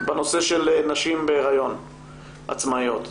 בנושא של נשים עצמאיות בהיריון.